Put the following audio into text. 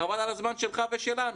חבל על הזמן שלך ושלנו.